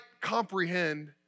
comprehend